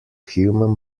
human